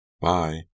Bye